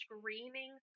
screaming